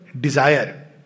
desire